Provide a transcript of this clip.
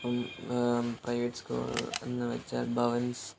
ഇപ്പം private school എന്ന് വെച്ചാൽ ഭവൻസ്